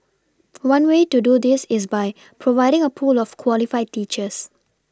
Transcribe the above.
one way to do this is by providing a pool of qualified teachers